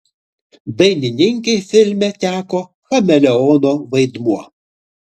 dainininkei filme teko chameleono vaidmuo